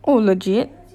oh legit